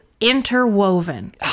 interwoven